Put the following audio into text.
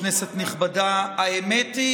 כנסת נכבדה, האמת,